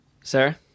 Sarah